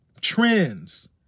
trends